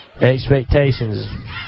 expectations